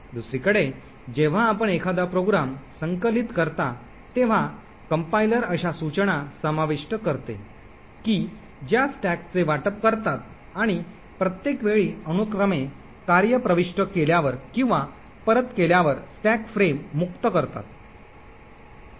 दुसरीकडे जेव्हा आपण एखादा प्रोग्राम संकलित करता तेव्हा कंपाईलर अशा सूचना समाविष्ट करते की ज्या स्टॅकचे वाटप करतात आणि प्रत्येक वेळी अनुक्रमे कार्य प्रविष्ट केल्यावर किंवा परत केल्यावर स्टॅक फ्रेम मुक्त करतात